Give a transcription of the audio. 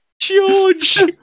George